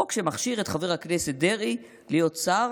חוק שמכשיר את חבר הכנסת דרעי להיות שר